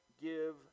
give